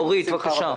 אורית פרקש-הכהן, בבקשה.